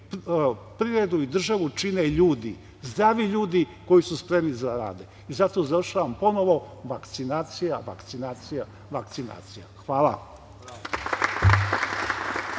privredu i državu čine ljudi, zdravi ljudi, koji su spremni za rad. Zato završavam ponovo - vakcinacija, vakcinacija, vakcinacija. Hvala.